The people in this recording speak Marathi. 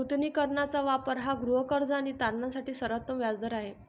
नूतनीकरणाचा वापर हा गृहकर्ज आणि तारणासाठी सर्वोत्तम व्याज दर आहे